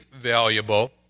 valuable